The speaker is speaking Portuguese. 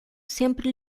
sempre